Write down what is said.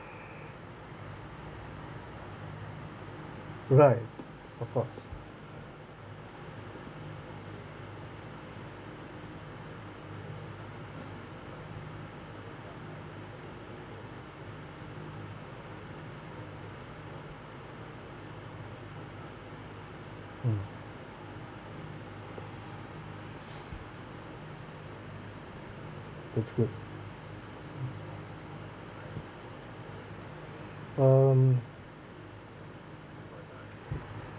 you're right off course mm that's good um